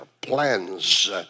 plans